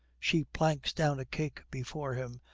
she planks down a cake before him,